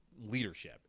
leadership